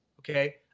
okay